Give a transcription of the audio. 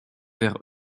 vers